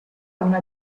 una